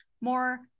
More